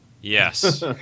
Yes